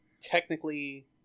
Technically